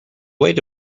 weight